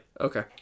Okay